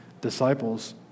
disciples